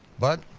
but,